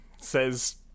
says